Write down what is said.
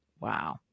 wow